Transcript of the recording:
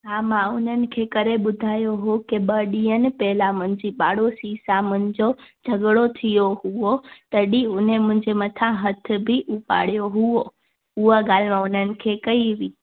हा मां उन्हनि खे करे ॿुधायो उहो कंहिं ॿ ॾींहंनि पहिरियों तव्हां मुंहिंजी पाड़ोसी सां मुंहिंजो झगिड़ो थी वियो हुओ तॾहिं उन ए मुंहिंजे मथां हथ बि उपाड़ियो हुओ उहा ॻाल्हि रननि खे कई हुई